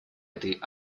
этой